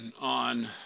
on